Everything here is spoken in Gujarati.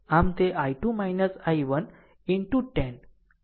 આમ તેI2 I1 into 10